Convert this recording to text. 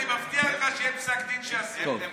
אני מבטיח לך שיהיה פסק דין שיעשה את זה.